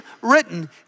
written